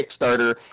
Kickstarter